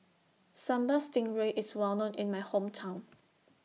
Sambal Stingray IS Well known in My Hometown